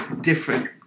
different